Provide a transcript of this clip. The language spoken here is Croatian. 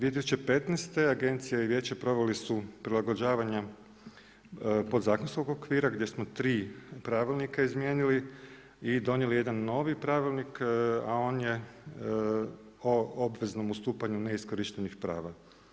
2015. agencija i vijeće proveli su prilagođavanje podzakonskog okvira gdje smo tri pravilnika izmijenili i donijeli jedan novi pravilnik, a on je o obveznom ustupanju neiskorištenih prava.